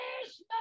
Christmas